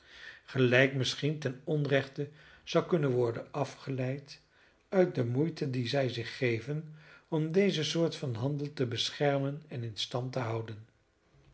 gelijk misschien ten onrechte zou kunnen worden afgeleid uit de moeite die zij zich geven om deze soort van handel te beschermen en in stand te houden